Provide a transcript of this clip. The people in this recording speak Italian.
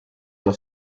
alla